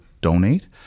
donate